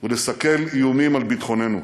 ולסכל איומים על ביטחוננו.